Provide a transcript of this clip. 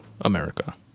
America